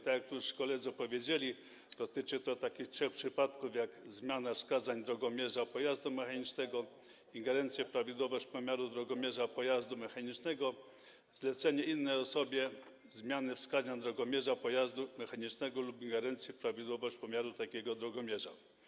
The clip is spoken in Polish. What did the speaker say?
Tak jak tu już koledzy powiedzieli, dotyczy to trzech przypadków: zmiany wskazań drogomierza pojazdu mechanicznego, ingerencji w prawidłowość pomiaru drogomierza pojazdu mechanicznego, zlecenia innej osobie zmiany wskazań drogomierza pojazdu mechanicznego lub ingerencji w prawidłowość pomiaru takiego drogomierza.